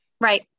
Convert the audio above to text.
Right